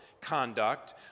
conduct